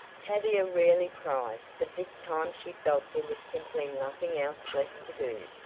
tavia rarely cried, but this time she felt there was simply nothing else left to do.